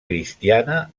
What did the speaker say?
cristiana